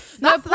No